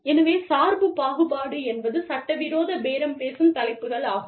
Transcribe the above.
எனவே சார்பு பாகுபாடு என்பது சட்டவிரோத பேரம் பேசும் தலைப்புகள் ஆகும்